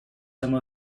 some